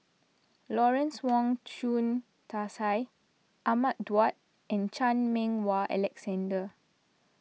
Lawrence Wong Shyun Tsai Ahmad Daud and Chan Meng Wah Alexander